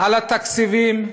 על התקציבים,